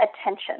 attention